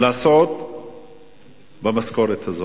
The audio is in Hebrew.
לעשות במשכורת הזאת?